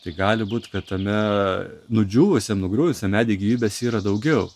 tai gali būt kad tame nudžiūvusiam nugriuvusiam medy gyvybės yra daugiau